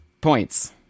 points